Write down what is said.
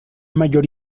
mayor